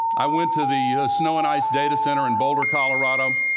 i went to the snow and ice data center in boulder, colorado,